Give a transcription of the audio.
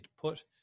put